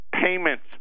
payments